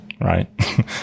right